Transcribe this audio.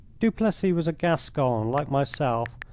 duplessis was a gascon, like myself,